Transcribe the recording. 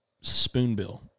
Spoonbill